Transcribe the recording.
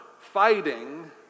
fighting